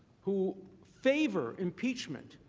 who favor impeachment,